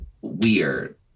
weird